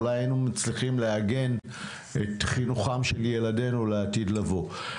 אולי היינו מצליחים לעגן את חינוכם של ילדנו לעתיד לבוא,